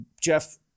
Jeff